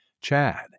Chad